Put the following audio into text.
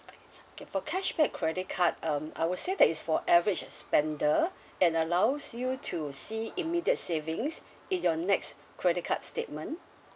okay for cashback credit card um I would say that is for average spender and allows you to see immediate savings in your next credit card statement